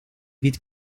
vite